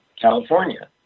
California